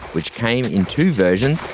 which came in two versions,